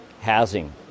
housing